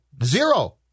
Zero